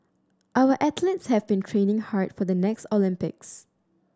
our athletes have been training hard for the next Olympics